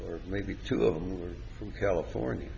or maybe two of them were from california